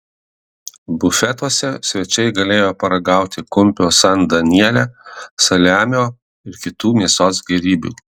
bufetuose svečiai galėjo paragauti kumpio san daniele saliamio ir kitų mėsos gėrybių